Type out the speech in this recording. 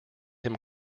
him